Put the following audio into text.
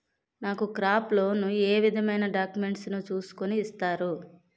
నాకు crop loan ఏ విధమైన డాక్యుమెంట్స్ ను చూస్కుని ఇస్తారు?